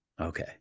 Okay